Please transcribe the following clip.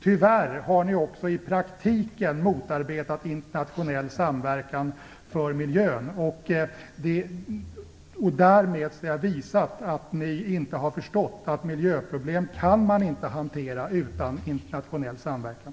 Tyvärr har ni också i praktiken motarbetat internationell samverkan för miljön och därmed visat att ni inte har förstått att man inte kan hantera miljöproblem utan internationell samverkan.